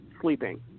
sleeping